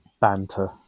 banter